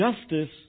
justice